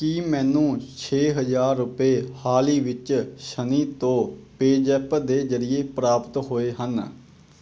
ਕੀ ਮੈਨੂੰ ਛੇ ਹਜ਼ਾਰ ਰੁਪਏ ਹਾਲ ਹੀ ਵਿੱਚ ਸਨੀ ਤੋਂ ਪੇਜ਼ੈਪ ਦੇ ਜਰੀਏ ਪ੍ਰਾਪਤ ਹੋਏ ਹਨ